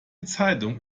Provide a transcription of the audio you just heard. zeitung